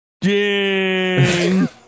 ding